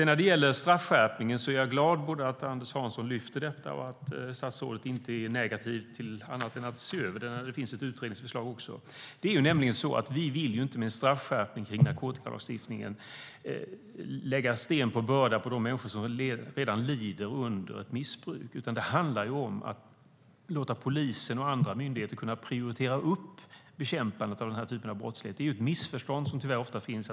När det gäller straffskärpningen är jag glad både över att Anders Hansson lyfter fram detta och över att statsrådet inte är negativ till att se över det. Det finns ett utredningsförslag också. Vi vill ju inte med en straffskärpning i fråga om narkotikalagstiftningen lägga sten på bördan för de människor som redan lider under ett missbruk, utan det handlar om att låta polisen och andra myndigheter prioritera bekämpandet av den typen av brottslighet. Det är ett missförstånd som tyvärr ofta finns.